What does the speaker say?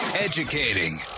Educating